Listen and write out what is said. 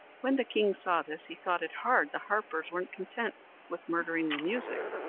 when the king saw this, he thought it hard the harpers weren't content with murdering their music,